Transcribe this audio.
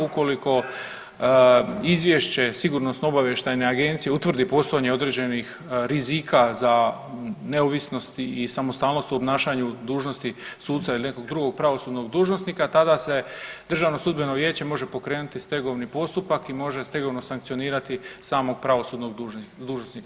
Ukoliko izvješće Sigunosno obavještajne agencije utvrdi postojanje određenih rizika za neovisnost i samostalnost u obnašanju dužnosti suca ili nekog drugog pravosudnog dužnosnika tada se Državno sudbeno vijeće može pokrenuti stegovni postupak i može stegovno sankcionirati samog pravosudnog dužnosnika.